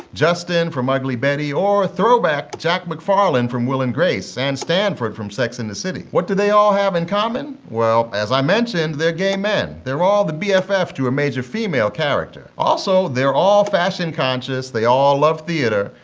justin from ugly betty. or, throwback, jack mcfarlan from will and grace and stanford from sex and the city. what do they all have in common? well, as i mentioned, they're gay men. they're all the bff to a major female character. also, they're all fashion-conscious, they all love theater.